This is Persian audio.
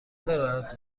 دارد